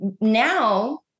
now